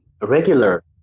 regular